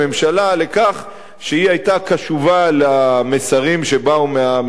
שהיא היתה קשובה למסרים שבאו מהמחאה,